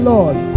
Lord